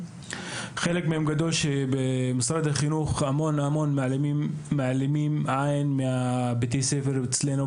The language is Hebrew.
חלק גדול מהם קשורים לכך שבמשרד החינוך מעלימים עין מבתי הספר אצלנו,